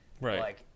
right